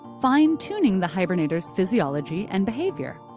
fine-tuning the hibernator's physiology and behavior.